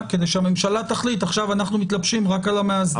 או שזה כדי שהממשלה תחליט: עכשיו אנחנו מתלבשים רק על המאסדרים.